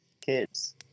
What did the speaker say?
kids